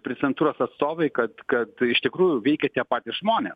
prezidentūros atstovai kad kad iš tikrųjų veikia tie patys žmonės